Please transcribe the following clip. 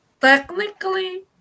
Technically